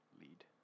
lead